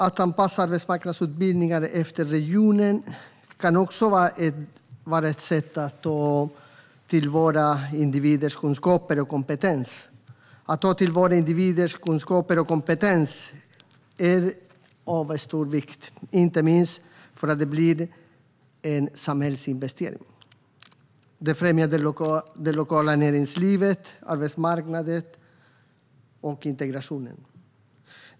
Att anpassa arbetsmarknadsutbildningar efter regionen kan också vara ett sätt att ta till vara individers kunskaper och kompetens. Att ta till vara individers kunskaper och kompetens är av stor vikt, inte minst för att det blir en samhällsinvestering. Det främjar det lokala näringslivet, arbetsmarknaden och integrationen.